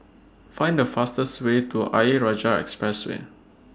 Find The fastest Way to Ayer Rajah Expressway